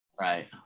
Right